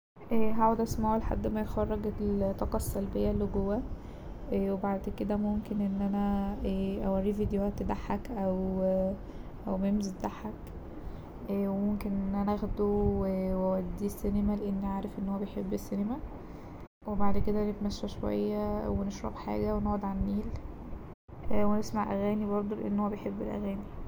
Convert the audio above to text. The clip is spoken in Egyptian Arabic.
هقعد اسمعه لحد ما يخرج الطاقة السلبية اللي جواه وبعد كده ممكن ان انا اوريه فيديوهات تضحك أو مميز تضحك وممكن ان انا اخده ووديه السينما لأني عارف ان هو بيحب السينما وبعد كده نتمشى شوية ونشرب حاجة ونقعد على النيل ونسمع أغاني بردو لأن هو بيحب الأغاني.